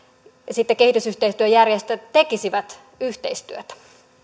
kehitysyhteistyöjärjestöt tekisivät yhteistyötä